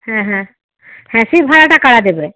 হ্যাঁ হ্যাঁ হ্যাঁ সেই ভাড়াটা কারা দেবে